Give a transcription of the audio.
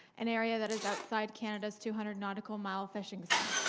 an area that is outside canada's two hundred nautical mile fishing zone.